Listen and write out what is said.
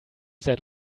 that